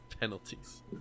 penalties